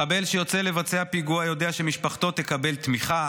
מחבל שיוצא לבצע פיגוע יודע שמשפחתו תקבל תמיכה,